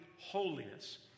holiness